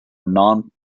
non